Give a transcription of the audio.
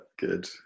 good